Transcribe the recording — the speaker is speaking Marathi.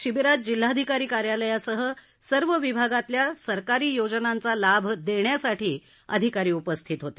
शिबिरात जिल्हाधिकारी कार्यालयासह सर्व विभागातल्या सरकारी योजनांचा लाभ देण्यासाठी अधिकारी उपस्थित होते